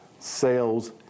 sales